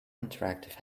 interactive